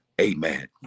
amen